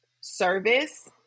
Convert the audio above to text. service